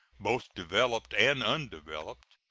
both developed and undeveloped,